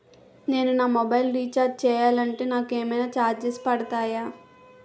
నేను నా mobile recharge చేయాలంటే నాకు ఏమైనా చార్జెస్ పడతాయా?